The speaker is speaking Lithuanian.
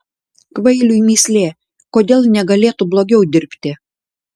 kvailiui mįslė kodėl negalėtų blogiau dirbti